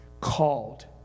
Called